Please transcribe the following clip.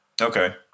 Okay